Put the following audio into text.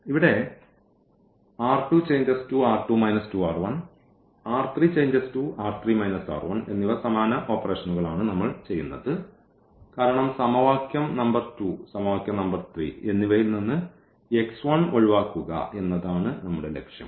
ഇവിടെ ഈ എന്നിവ സമാന ഓപ്പറേഷനുകളാണ് നമ്മൾ ചെയ്യുന്നത് കാരണം സമവാക്യം നമ്പർ 2 സമവാക്യം നമ്പർ 3 എന്നിവയിൽ നിന്ന് ഒഴിവാക്കുക എന്നതാണ് ലക്ഷ്യം